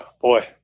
Boy